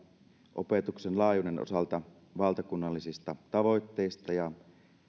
opetuksen laajuuden osalta valtakunnallisista tavoitteista ja